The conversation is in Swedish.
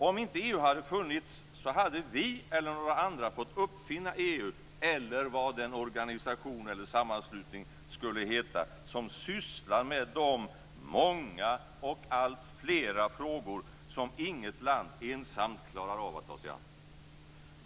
Om inte EU hade funnits hade vi eller några andra fått uppfinna EU eller vad den organisation eller sammanslutning skulle heta som sysslar med de många och alltfler frågor som inget land ensamt klarar av att ta sig an.